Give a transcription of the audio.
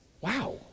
Wow